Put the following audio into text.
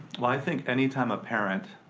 well i think any time a parent,